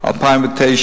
2009,